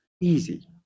easy